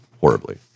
horribly